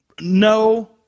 No